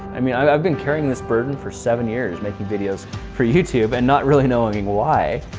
i mean, i've i've been carrying this burden for seven years, making videos for youtube and not really knowing why.